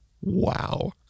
Wow